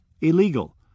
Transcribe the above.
illegal